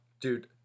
Dude